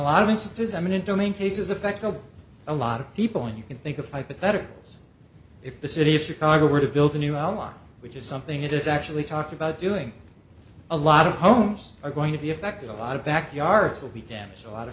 lot of instances eminent domain cases effect of a lot of people and you can think of hypotheticals if the city of chicago were to build a new ally which is something that is actually talked about doing a lot of homes are going to be affected a lot of backyards will be damaged a lot